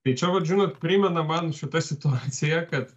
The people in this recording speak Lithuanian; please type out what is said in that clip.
tai čia vat žinot primena man šita situacija kad